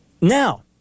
Now